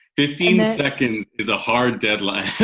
fifteen seconds is a hard deadline.